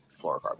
Fluorocarbon